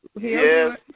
Yes